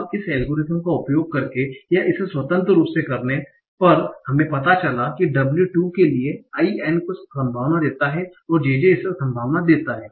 अब इस एल्गोरिथ्म का उपयोग करके या इसे स्वतंत्र रूप से करने पर हमें पता चला कि w2 के लिए IN कुछ संभावना देता है और JJ उसे संभावना देता है